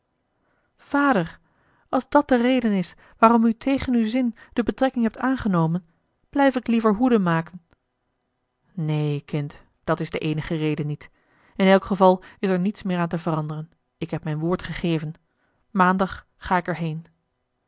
vader als dat de reden is waarom u tegen uw zin de betrekking heeft aangenomen blijf ik liever hoedenmaken neen kind dat is de eenige reden niet in elk geval is er niets meer aan te veranderen ik heb mijn woord gegeven maandag ga ik er heen